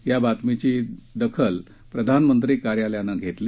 या बातमीची दाखल प्रधानमंत्री कार्यालयाने घेतली